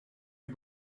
you